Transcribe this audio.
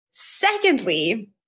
Secondly